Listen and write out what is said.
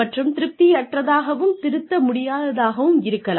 மற்றும் திருப்தியற்றதாகவும் திருத்த முடியாததாகவும் இருக்கலாம்